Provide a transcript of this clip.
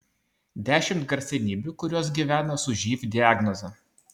dešimt garsenybių kurios gyvena su živ diagnoze